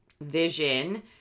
vision